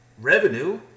revenue